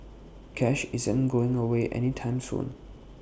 cash isn't going away any time soon